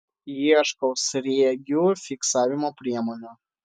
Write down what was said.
ieškau sriegių fiksavimo priemonių